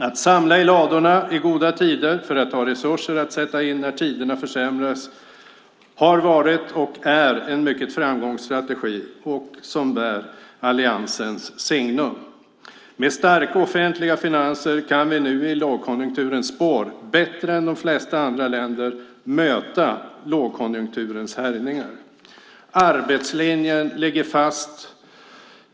Att samla i ladorna i goda tider för att ha resurser att sätta in när tiderna försämras har varit och är en mycket framgångsrik strategi som bär alliansens signum. Med starka offentliga finanser kan vi nu i lågkonjunkturens spår bättre än de flesta andra länder möta lågkonjunkturens härjningar. Arbetslinjen ligger fast.